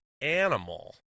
animal